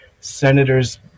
Senators